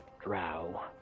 drow